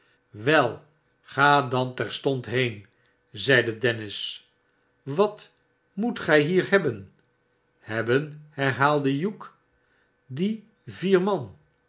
wel ga dan terstond heen zeide dennis wat moet gij hier hebben shebben herhaalde hugh die vier man